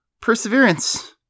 Perseverance